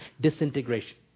disintegration